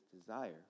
desire